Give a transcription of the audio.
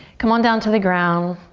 come on down to the ground,